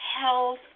health